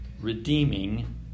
redeeming